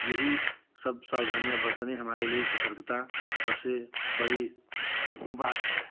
यही सब सावधानियाँ बरतने हमारे लिए सतर्कता सबसे बड़ी बात है